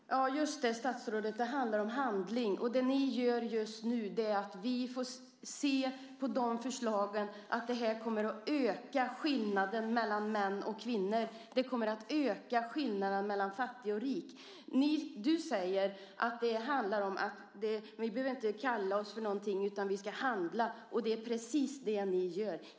Herr talman! Ja, just det, statsrådet. Det handlar om handling och det ni gör just nu. Vi ser på de förslagen att de kommer att öka skillnaden mellan män och kvinnor. De kommer att öka skillnaden mellan fattig och rik. Du säger att det handlar om att vi inte behöver kallas oss för något utan att vi ska handla. Det är precis det ni gör.